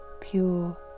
pure